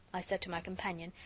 i said to my companion,